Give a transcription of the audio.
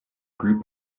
group